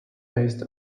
based